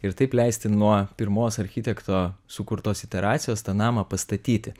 ir taip leisti nuo pirmos architekto sukurtos iteracijos tą namą pastatyti